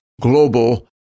Global